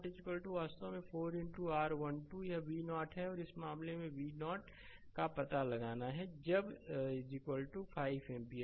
तो v0 वास्तव में 4 r i2 यह v0 है और इस मामले में v0 का पता लगाना है जब 5 एम्पीयर